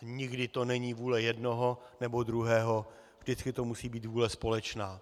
Nikdy to není vůle jednoho nebo druhého, vždycky to musí být vůle společná.